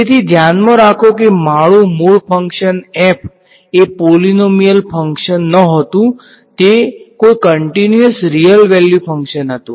તેથી ધ્યાનમાં રાખો કે મારું મૂળ ફંક્શન f એ પોલીનોમીયલ ફંક્શન નહોતું તે કોઈ કંટીન્યુઅસ રીયલ વેલ્યુ ફંક્શન હતું